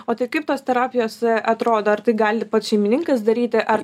o tai kaip tos terapijos atrodo ar tai gali pats šeimininkas daryti ar